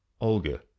olga